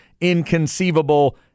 inconceivable